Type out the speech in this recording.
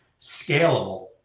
scalable